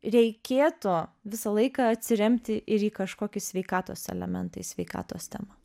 reikėtų visą laiką atsiremti ir į kažkokį sveikatos elementą į sveikatos temą